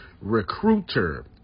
Recruiter